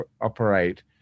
operate